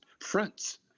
fronts